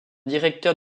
directeur